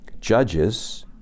judges